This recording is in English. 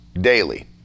daily